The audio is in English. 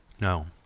No